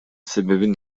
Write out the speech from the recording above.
себебин